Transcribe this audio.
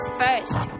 first